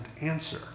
answer